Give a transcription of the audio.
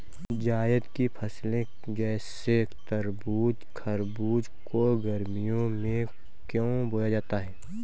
जायद की फसले जैसे तरबूज़ खरबूज को गर्मियों में क्यो बोया जाता है?